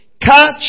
Catch